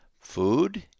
Food